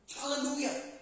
Hallelujah